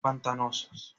pantanosos